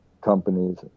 companies